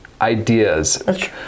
ideas